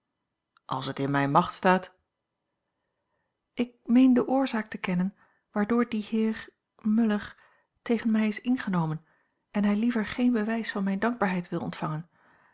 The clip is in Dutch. als het in mijne macht staat ik meen de oorzaak te kennen waardoor die heer muller tegen mij is ingenomen en hij liever geen bewijs van mijne dankbaarheid wil ontvangen